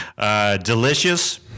delicious